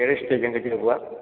terrace जंहिं खे चइबो आहे